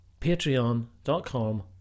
patreon.com